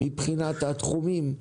מבחינת התחומים,